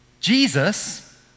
Jesus